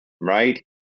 right